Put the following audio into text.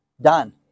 done